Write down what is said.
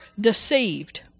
deceived